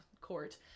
court